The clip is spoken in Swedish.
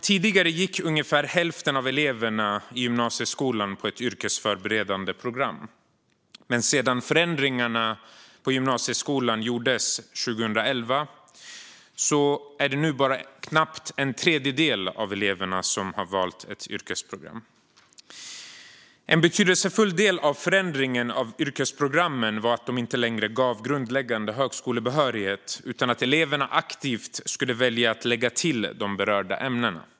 Tidigare gick ungefär hälften av eleverna i gymnasieskolan på ett yrkesförberedande program. Men sedan förändringarna på gymnasieskolan gjordes 2011 väljer nu bara knappt en tredjedel av eleverna ett yrkesprogram. En betydelsefull del av förändringen av yrkesprogrammen var att de inte längre gav grundläggande högskolebehörighet, utan eleverna skulle aktivt välja att lägga till berörda ämnen.